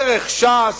דרך ש"ס,